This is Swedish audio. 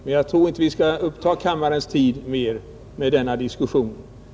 Men jag tror inte att vi skall uppta kammarens tid mera med denna diskussion.